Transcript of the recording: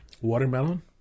Watermelon